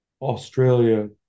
Australia